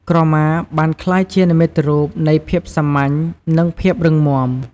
ក្រមាបានក្លាយជានិមិត្តរូបនៃភាពសាមញ្ញ និងភាពរឹងមាំ។